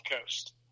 Coast